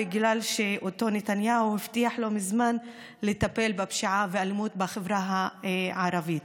בגלל שאותו נתניהו הבטיח לא מזמן לטפל בפשיעה והאלימות בחברה הערבית.